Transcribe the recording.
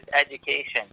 education